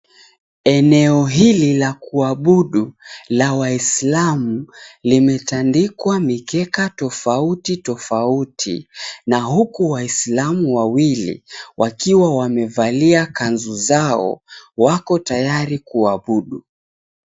Eneo hili la kuabudu la Waislamu, limetandinkwa mikeka tofauti tofauti 𝑛𝑎 huku 𝑤aislamu wawili wakiwa wamevalia kanzu zao, wako tayari kuabudu.